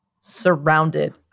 surrounded